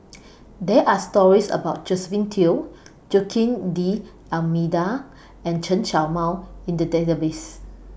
There Are stories about Josephine Teo Joaquim D'almeida and Chen Show Mao in The Database